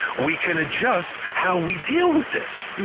we can adjust how we deal with this,